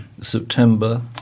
September